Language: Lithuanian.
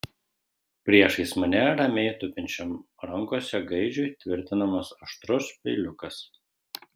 priešais mane ramiai tupinčiam rankose gaidžiui tvirtinamas aštrus peiliukas